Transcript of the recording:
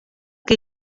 que